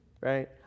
right